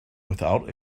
without